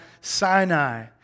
Sinai